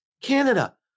Canada